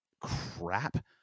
crap